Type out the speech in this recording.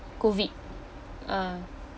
COVID ah